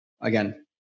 Again